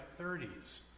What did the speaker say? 30s